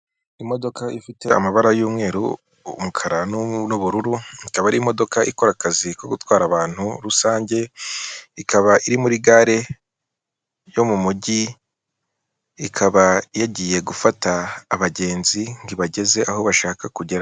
Imodoka ifite amabara y'umweru, umukara n'ubururu, ikaba ari imodoka ikora akazi ko gutwara abantu rusange, ikaba iri muri gare yo mu mujyi, ikaba yagiye gufata abagenzi ngo ibageze aho bashaka kugera.